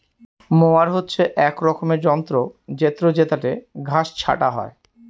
mower হচ্ছে এক রকমের যন্ত্র জেত্রযেটাতে ঘাস ছাটা হয়